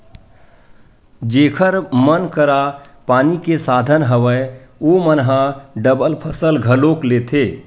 जेखर मन करा पानी के साधन हवय ओमन ह डबल फसल घलोक लेथे